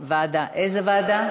ועדה.